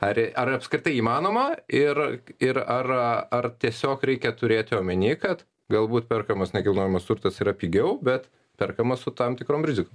ar ar apskritai įmanoma ir ir ar ar tiesiog reikia turėti omeny kad galbūt perkamas nekilnojamas turtas yra pigiau bet perkamas su tam tikrom rizikom